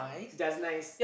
just nice